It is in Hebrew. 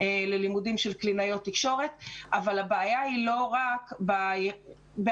ללימודים של קלינאיות תקשורת אבל הבעיה היא לא רק בהגדלת